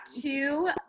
two